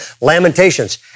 Lamentations